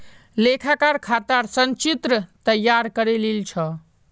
लेखाकार खातर संचित्र तैयार करे लील छ